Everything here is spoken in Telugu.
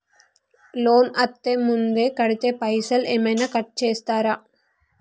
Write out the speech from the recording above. లోన్ అత్తే ముందే కడితే పైసలు ఏమైనా కట్ చేస్తరా?